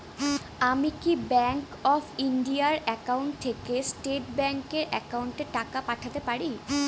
আমি কি bank of India এর একাউন্ট থেকে স্টেট ব্যাংক এর একাউন্টে টাকা পাঠাতে পারি?